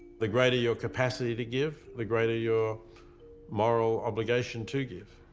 the greater your capacity to give, the greater your moral obligation to give.